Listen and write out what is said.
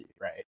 right